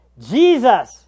Jesus